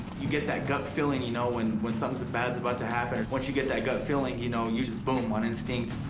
you get that gut feeling, you know when when something bad's about to happen. once you get that gut feeling you know and you just boom on instinct.